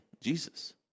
Jesus